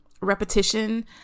repetition